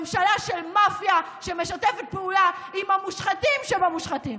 ממשלה של מאפיה שמשתפת פעולה עם המושחתים שבמושחתים.